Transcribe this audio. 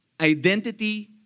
identity